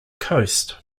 coast